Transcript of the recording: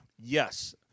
Yes